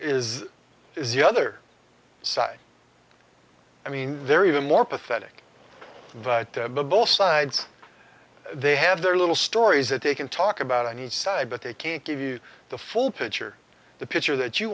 worse is the other side i mean they're even more pathetic but both sides they have their little stories that they can talk about on each side but they can't give you the full picture the picture that you